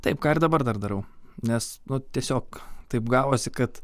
taip ką ir dabar dar darau nes nu to tiesiog taip gavosi kad